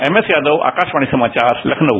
MS Yadav Akashvani समाचार लखनऊ